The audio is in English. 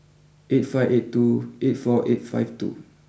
eight five eight two eight four five two